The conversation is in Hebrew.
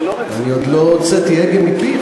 אני עוד לא הוצאתי הגה מפי,